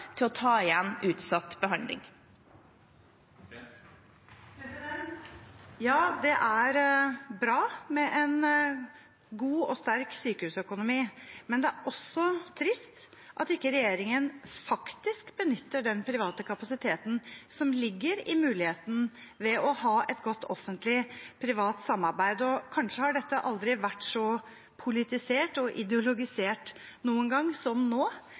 til å ta igjen utsatt behandling. Ja, det er det bra med en god og sterk sykehusøkonomi. Men det er også trist at regjeringen ikke benytter den private kapasiteten som ligger i muligheten ved å ha et godt offentlig–privat samarbeid. Kanskje har dette aldri vært så politisert og ideologisert som nå, og det skyldes at vi har en helseminister som